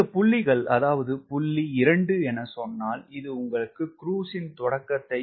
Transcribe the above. இந்த புள்ளிகள் அதாவது புள்ளி 2 என சொன்னால் இது உங்களுக்கு crusise ன் தொடக்கத்தை சொல்லும்